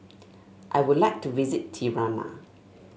I would like to visit Tirana